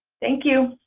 thank you!